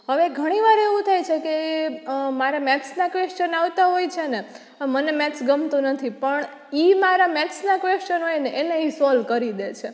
હવે ઘણી વાર એવું થાય છે કે મારા મેથ્સના ક્વેસ્ચન આવતા હોય છે ને મને મેથ્સ ગમતું નથી પણ એ મારા મેથ્સના ક્વેસ્ચન હોયને એને એ સોલ્વ કરી દે છે